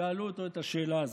ששאלו אותו את השאלה הזאת.